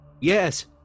Yes